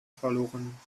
verloren